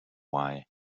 why